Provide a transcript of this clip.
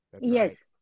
Yes